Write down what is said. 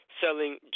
selling